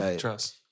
Trust